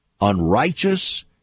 unrighteous